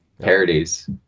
parodies